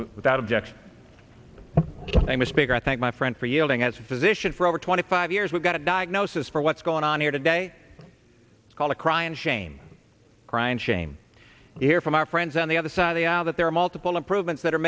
without objection i'm a speaker i thank my friend for yielding as a physician for over twenty five years we've got a diagnosis for what's going on here today it's called a crying shame crying shame here from our friends on the other side of the aisle that there are multiple improvements that are